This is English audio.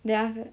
then after that